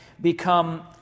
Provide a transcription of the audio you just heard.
become